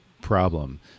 problem